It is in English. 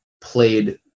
played